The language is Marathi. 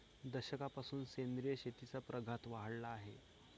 दशकापासून सेंद्रिय शेतीचा प्रघात वाढला आहे